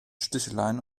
sticheleien